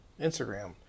Instagram